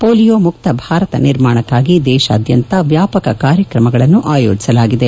polio ಮುಕ್ತ ಭಾರತ ನಿರ್ಮಾಣಕ್ಕಾಗಿ ದೇಶಾದ್ಯಂತ ವ್ಯಾಪಕ ಕಾರ್ಯಕ್ರಮಗಳನ್ನು ಆಯೋಜಿಸಲಾಗಿದೆ